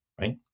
right